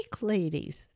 ladies